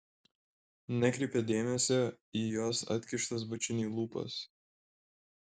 nekreipia dėmesio į jos atkištas bučiniui lūpas